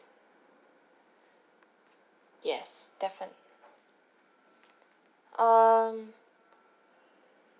yes defi~ um